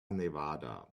nevada